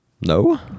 No